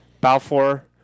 Balfour